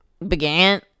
began